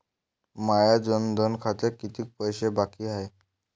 माया जनधन खात्यात कितीक पैसे बाकी हाय?